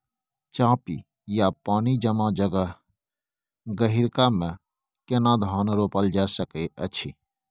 चापि या पानी जमा जगह, गहिरका मे केना धान रोपल जा सकै अछि?